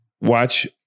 Watch